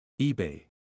eBay